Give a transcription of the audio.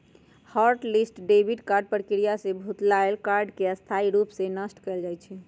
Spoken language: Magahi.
हॉट लिस्ट डेबिट कार्ड प्रक्रिया से भुतलायल कार्ड के स्थाई रूप से नष्ट कएल जाइ छइ